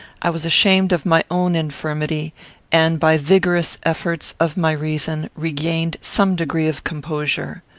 i was ashamed of my own infirmity and, by vigorous efforts of my reason, regained some degree of composure.